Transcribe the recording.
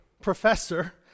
professor